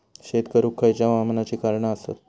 शेत करुक खयच्या हवामानाची कारणा आसत?